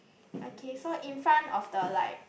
okay so in front of the like